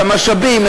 את המשאבים,